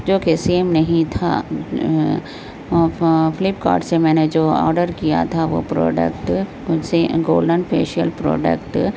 جو کہ سیم نہیں تھا فلپکارٹ سے میں نے جو آڈر کیا تھا وہ پروڈکٹ اس سے گولڈن فیشیل پروڈکٹ